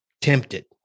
tempted